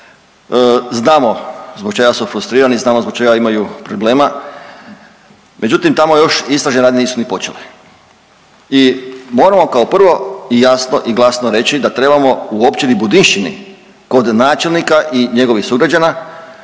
znamo zbog čega su frustrirani, znamo zbog čega imaju problema, međutim tamo još istražne radnje nisu ni počele i moramo kao prvo jasno i glasno reći da trebamo u Općini Budinščini kod načelnika i njegovih sugrađana